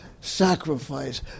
sacrifice